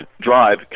drive